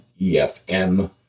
EFM